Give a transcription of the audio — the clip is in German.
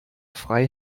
frei